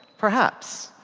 perhaps.